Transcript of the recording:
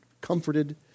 comforted